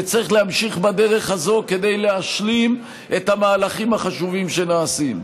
וצריך להמשיך בדרך הזאת כדי להשלים את המהלכים החשובים שנעשים.